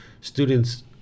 Students